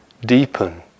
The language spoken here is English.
deepen